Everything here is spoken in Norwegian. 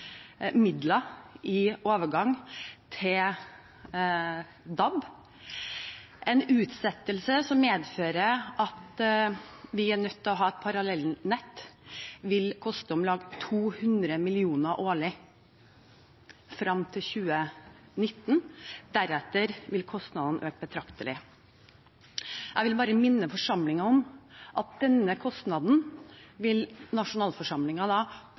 midler i overgang til DAB. En utsettelse som medfører at vi er nødt til å ha parallelle nett, vil koste om lag 200 mill. kr årlig frem til 2019, deretter vil kostnaden øke betraktelig. Jeg vil bare minne forsamlingen om at denne kostnaden vil